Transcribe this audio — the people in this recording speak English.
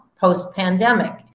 post-pandemic